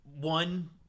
one